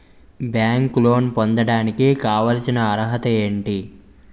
బ్యాంకులో లోన్ పొందడానికి కావాల్సిన అర్హత ఏంటి?